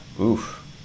Oof